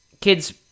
kids